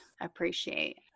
appreciate